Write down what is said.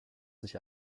sich